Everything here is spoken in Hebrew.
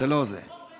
זה נוהג פה.